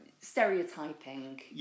stereotyping